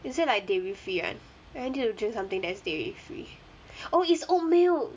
is it like dairy free [one] I wanted to drink something that is like dairy free [one] oh it's oat milk